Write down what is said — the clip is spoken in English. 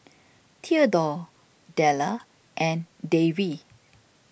thedore Della and Davie